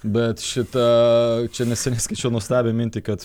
bet šitą čia neseniai skaičiau nuostabią mintį kad